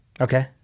Okay